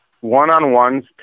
one-on-ones